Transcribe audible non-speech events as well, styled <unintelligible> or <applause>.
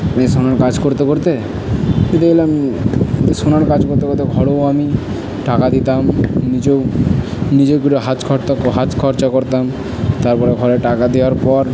আমি সোনার কাজ করতে করতে তো দেখলাম সোনার কাজ করতে করতে ঘরেও আমি টাকা দিতাম নিজেও নিজের <unintelligible> হাচ খরতা <unintelligible> হাত খরচা করতাম তার পরে ঘরে টাকা দেওয়ার পর